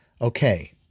Okay